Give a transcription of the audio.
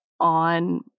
on